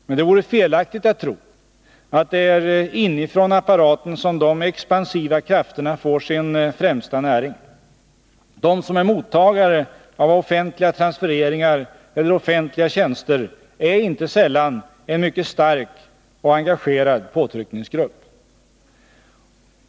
Men det vore felaktigt att tro, att det är inifrån apparaten som de expansiva krafterna får sin främsta näring. De som är mottagare av offentliga transfereringar eller offentliga tjänster är inte sällan en mycket stark och engagerad påtryckningsgrupp.